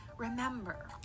Remember